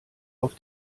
auf